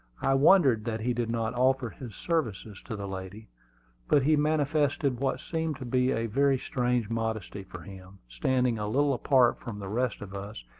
i wondered that he did not offer his services to the lady but he manifested what seemed to be a very strange modesty for him, standing a little apart from the rest of us,